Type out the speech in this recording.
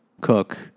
cook